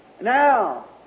Now